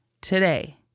today